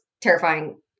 terrifying